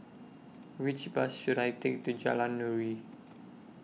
Which Bus should I Take to Jalan Nuri